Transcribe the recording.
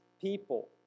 people